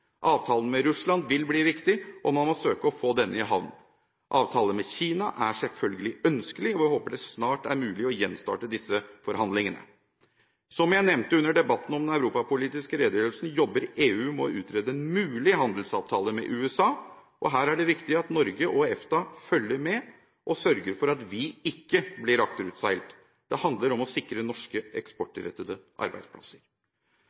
Avtalen med Russland vil bli viktig, og man må søke å få denne i havn. En avtale med Kina er selvfølgelig ønskelig, og vi håper det snart er mulig å gjenstarte disse forhandlingene. Som jeg nevnte under debatten om den europapolitiske redegjørelsen, jobber EU med å utrede en mulig handelsavtale med USA. Her er det viktig at Norge og EFTA følger med og sørger for at vi ikke blir akterutseilt. Det handler om å sikre norske